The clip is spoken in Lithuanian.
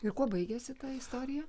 ir kuo baigėsi ta istorija